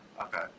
okay